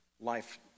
life